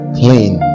clean